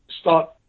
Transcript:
start